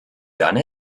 done